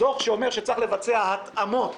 דוח שאומר שצריך לבצע התאמות.